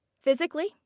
Physically